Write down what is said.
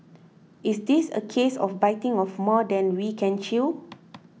is this a case of biting off more than we can chew